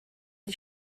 die